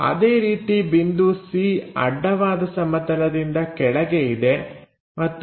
ಅದೇ ರೀತಿ ಬಿಂದು c ಅಡ್ಡವಾದ ಸಮತಲದಿಂದ ಕೆಳಗೆ ಇದೆ ಮತ್ತು ವಿ